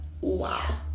wow